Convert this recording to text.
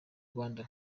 rwanda